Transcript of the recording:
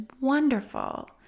wonderful